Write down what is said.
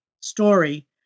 story